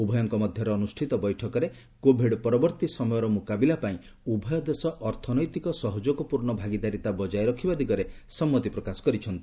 ଉଭୟଙ୍କ ମଧ୍ୟରେ ଅନୁଷ୍ଠିତ ବୈଠକରେ କୋଭିଡ୍ ପରବର୍ତ୍ତୀ ସମୟର ମୁକାବିଲା ପାଇଁ ଉଭୟ ଦେଶ ଅର୍ଥନୈତିକ ସହଯୋଗପୂର୍ଣ୍ଣ ଭାଗିଦାରୀତା ବଜାୟ ରଖିବା ଦିଗରେ ସମ୍ମତି ପ୍ରକାଶ କରିଛନ୍ତି